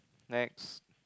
next